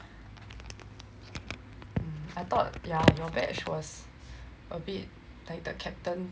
I thought yeah your batch was a bit like the captain